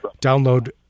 download